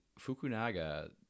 Fukunaga